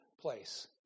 place